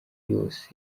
yose